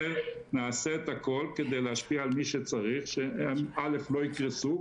נעשה את הכול כדי להשפיע על מי שצריך כדי שהם לא יקרסו.